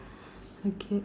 okay